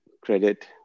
credit